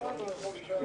6 נגד,